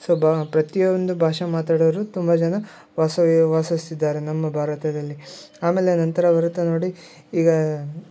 so ಬಾ ಪ್ರತಿಯೊಂದು ಭಾಷೆ ಮಾತಾಡೋರು ತುಂಬ ಜನ ವಾಸ ವಾಸಿಸ್ತಿದ್ದಾರೆ ನಮ್ಮ ಭಾರತದಲ್ಲಿ ಆಮೇಲೆ ನಂತರ ಬರುತ್ತೆ ನೋಡಿ ಈಗ